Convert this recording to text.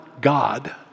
God